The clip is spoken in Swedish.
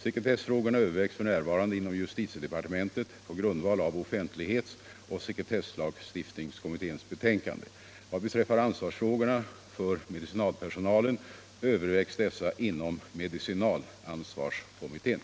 Sekretessfrågorna övervägs f. n. inom justitiedepartementet på grundval av offentlighetsoch sekretesslagstiftningskommitténs betänkande. Vad beträffar ansvarsfrågorna för medicinalpersonalen övervägs dessa inom medicinalansvarskommittén.